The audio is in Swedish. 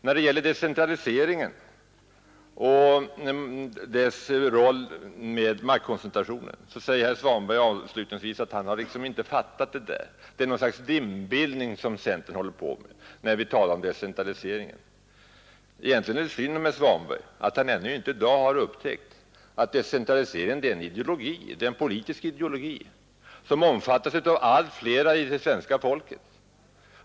När det gäller decentraliseringens roll i samband med maktkoncentrationen säger herr Svanberg avslutningsvis att han har liksom inte fattat det där, att det är något slags dimbildnimg som centern håller på med när vi talar om decentralisering. Egentligen är det synd om herr Svanberg att han ännu inte i dag har upptäckt att decentralisering är en politisk ideologi, som omfattas av allt fler i det svenska folket.